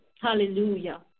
Hallelujah